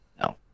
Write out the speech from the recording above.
No